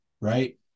right